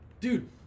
Dude